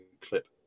clip